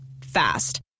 Fast